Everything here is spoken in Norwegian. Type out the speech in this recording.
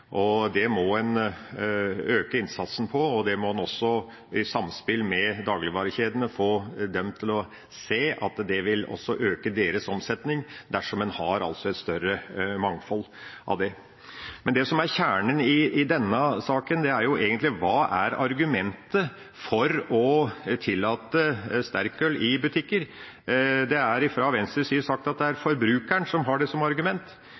må en øke innsatsen på, og en må i samspill med dagligvarekjedene få dem til å se at det også vil øke deres omsetning dersom en har et større mangfold. Det som er kjernen i denne saken, er egentlig hva som er argumentet for å tillate sterkøl i butikker. Det er fra Venstres side sagt at det er forbrukeren som har det som argument,